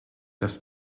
dass